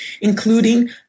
including